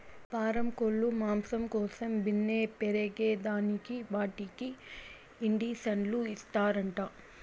పారం కోల్లు మాంసం కోసం బిన్నే పెరగేదానికి వాటికి ఇండీసన్లు ఇస్తారంట